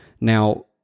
Now